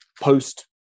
post